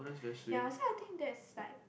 ya so I think that is like